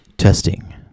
Testing